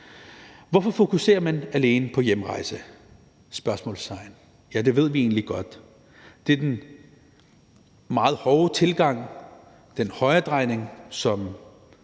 Hvorfor fokuserer man alene på hjemrejser? Ja, det ved vi egentlig godt. Det skyldes den meget hårde tilgang, den højredrejning,